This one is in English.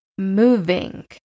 Moving